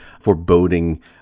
foreboding